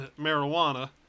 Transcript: marijuana